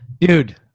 Dude